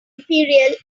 imperial